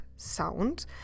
sound